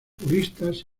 juristas